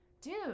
dude